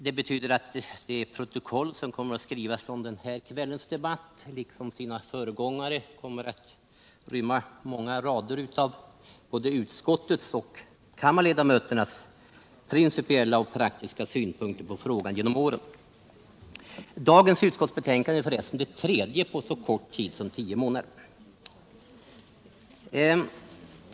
Det betyder också att det protokoll som kommer att skrivas från den här kvällens debatt kommer att innehålla — det gäller mitt anförande liksom mina föregångares — många rader om både utskottets och kammarledamöternas principiella och praktiska synpunkter på frågan genom åren. Dagens utskottsbetänkande är f. ö. det tredje på så kort tid som tio månader.